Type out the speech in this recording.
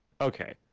okay